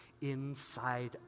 inside